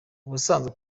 ubusanzwe